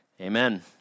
amen